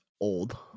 old